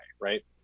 Right